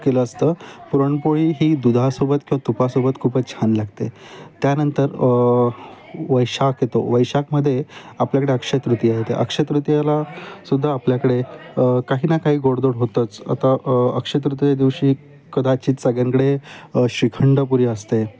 केलं असतं पुरणपोळी ही दुधासोबत किंवा तुपासोबत खूपच छान लागते त्यानंतर वैशाख येतो वैशाखमदे आपल्याकडे अक्षतिया ते अक्षतृतीला सुद्धा आपल्याकडे काही ना काही गोडदोड होतंच आता अक्षतृती दिवशी कदाचित सगळ्यांकडे श्रीखंडपुरी असते